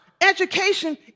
education